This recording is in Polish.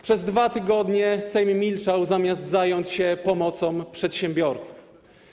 Przez 2 tygodnie Sejm milczał, zamiast zająć się pomocą przedsiębiorcom.